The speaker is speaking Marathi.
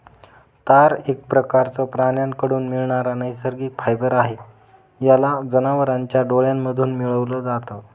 तार एक प्रकारचं प्राण्यांकडून मिळणारा नैसर्गिक फायबर आहे, याला जनावरांच्या डोळ्यांमधून मिळवल जात